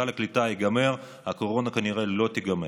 סל הקליטה ייגמר, הקורונה כנראה לא תיגמר.